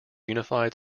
unified